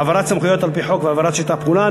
העברת סמכויות על-פי חוק והעברת שטח הפעולה.